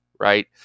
right